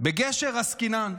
בגשר עסקינן.